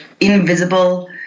invisible